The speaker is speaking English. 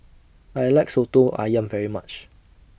I like Soto Ayam very much